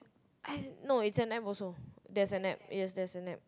I no it's an App also there's an App yes there's an App